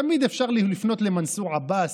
תמיד אפשר לפנות למנסור עבאס.